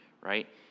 right